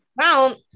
Mount